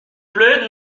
pleut